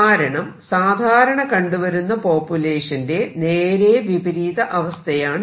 കാരണം സാധാരണ കണ്ടു വരുന്ന പോപുലേഷന്റെ നേരെ വിപരീത അവസ്ഥയാണിത്